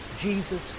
Jesus